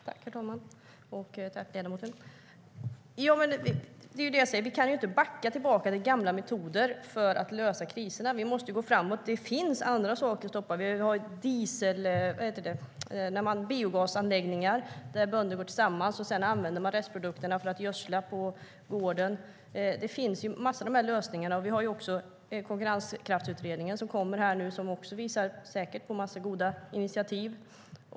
Herr talman! Tack, ledamoten! Det är ju det jag säger: Vi kan inte backa tillbaka till gamla metoder för att lösa kriserna. Vi måste gå framåt. Det finns andra saker. Vi har också konkurrenskraftsutredningen som kommer nu, som säkert också visar på en massa goda initiativ.